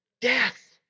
Death